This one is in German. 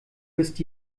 bist